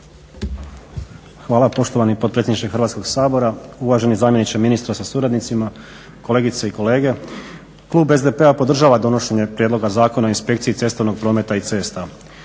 Hvala poštovani potpredsjedniče Hrvatskoga sabora, uvaženi zamjeniče ministra sa suradnicima, kolegice i kolege. Klub SDP-a podržava donošenje Prijedloga Zakona o inspekciji cestovnog prometa i cesta.